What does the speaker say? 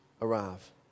arrive